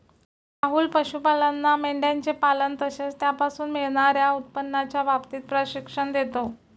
राहुल पशुपालांना मेंढयांचे पालन तसेच त्यापासून मिळणार्या उत्पन्नाच्या बाबतीत प्रशिक्षण देतो